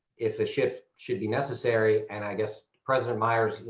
if the shift should be necessary and i guess president myers,